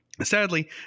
Sadly